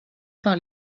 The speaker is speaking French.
par